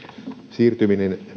siirtyminen